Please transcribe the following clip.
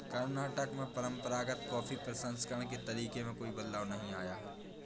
कर्नाटक में परंपरागत कॉफी प्रसंस्करण के तरीके में कोई बदलाव नहीं आया है